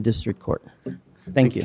district court thank you